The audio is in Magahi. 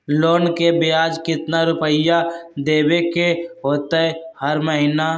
लोन के ब्याज कितना रुपैया देबे के होतइ हर महिना?